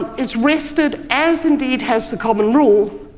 it's rested, as indeed has the common rule,